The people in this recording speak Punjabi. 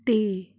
ਅਤੇ